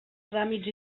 tràmits